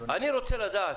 אני רוצה לדעת.